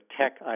tech